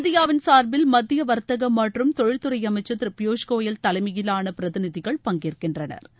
இந்தியாவின் சார்பில் மத்தியவர்த்தகமற்றும் தொழிற்துறைஅமைச்சர் திருபியூஷ் கோயல் தலைமையிலானபிரதிநிதிகள் பங்கேற்கின்றனர